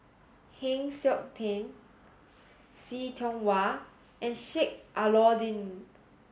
Heng Siok Tian See Tiong Wah and Sheik Alau'ddin